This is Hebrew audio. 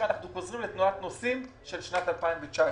אנחנו חוזרים לתנועת נוסעים של שנת 2019,